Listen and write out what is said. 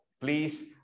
please